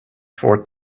for